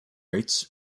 rates